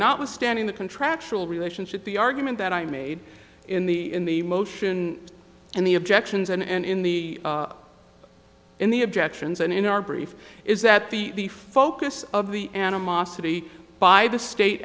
notwithstanding the contractual relationship the argument that i made in the in the motion and the objections and in the in the objections and in our brief is that the the focus of the animosity by the state